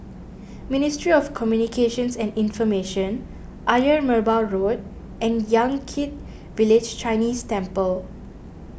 Ministry of Communications and Information Ayer Merbau Road and Yan Kit Village Chinese Temple